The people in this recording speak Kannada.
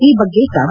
ಈ ಬಗ್ಗೆ ತಾವು